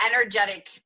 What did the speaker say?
energetic